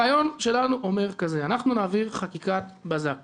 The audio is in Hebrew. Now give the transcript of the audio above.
הרעיון שלנו אומר שאנחנו נעביר חקיקת בזק